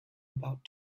about